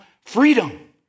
Freedom